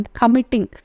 committing